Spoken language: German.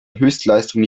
höchstleistung